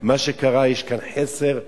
מה שקרה, יש כאן חסר נורא,